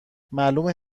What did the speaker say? معلومه